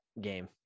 game